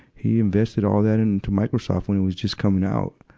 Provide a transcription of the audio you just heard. he invested all that into microsoft when it was just coming out.